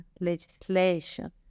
legislation